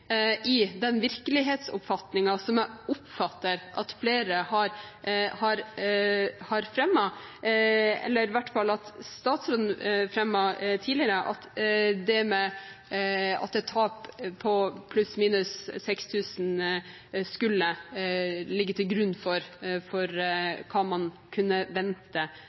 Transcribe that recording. i den virkelighetsoppfatningen som jeg oppfatter at flere har fremmet, eller i hvert fall statsråden har fremmet tidligere, at et tap på pluss/minus 6 000 kr skulle ligge til grunn for hva man kunne